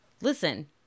Listen